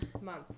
month